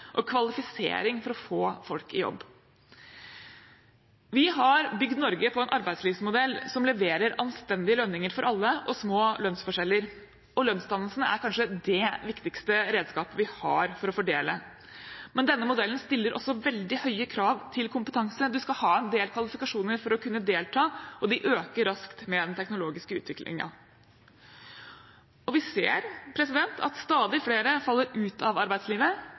og kvalifisering for å få folk i jobb. Vi har bygd Norge på en arbeidslivsmodell som leverer anstendige lønninger for alle og små lønnsforskjeller. Lønnsdannelsen er kanskje det viktigste redskapet vi har for å fordele. Men denne modellen stiller også veldig høye krav til kompetanse. Man skal ha en del kvalifikasjoner for å kunne delta, og de øker raskt med den teknologiske utviklingen. Vi ser at stadig flere faller ut av arbeidslivet